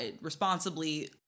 responsibly